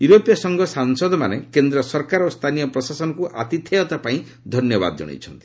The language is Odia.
ୟୁରୋପୀୟ ସାଂସଦମାନେ କେନ୍ଦ୍ର ସରକାର ଓ ସ୍ଥାନୀୟ ପ୍ରଶାସନକୁ ଆତିଥେୟତା ପାଇଁ ଧନ୍ୟବାଦ ଜଣାଇଛନ୍ତି